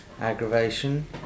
aggravation